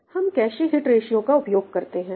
हम cache hit ratio का उपयोग करते हैं